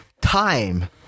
Time